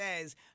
says